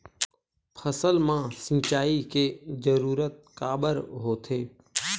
फसल मा सिंचाई के जरूरत काबर होथे?